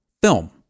Film